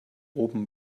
oben